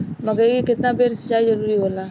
मकई मे केतना बेर सीचाई जरूरी होला?